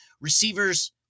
receivers –